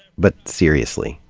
but seriously,